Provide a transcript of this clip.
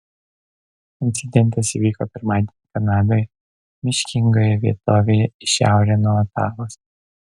incidentas įvyko pirmadienį kanadoje miškingoje vietovėje į šiaurę nuo otavos